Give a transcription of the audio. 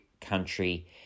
country